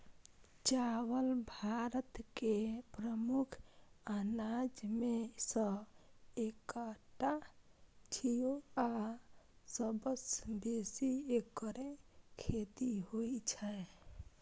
चावल भारत के प्रमुख अनाज मे सं एकटा छियै आ सबसं बेसी एकरे खेती होइ छै